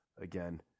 again